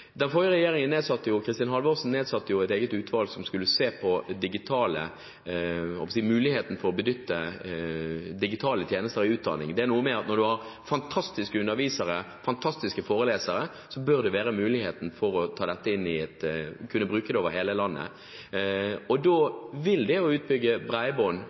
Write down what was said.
den biten som har med desentralisert utdanning å gjøre. Den forrige regjeringen ved Kristin Halvorsen nedsatte jo et eget utvalg som skulle se på muligheten for å benytte digitale tjenester i utdanning. Når du har fantastiske undervisere, fantastiske forelesere, bør det være mulig å kunne bruke dem over hele landet, og da vil det å utbygge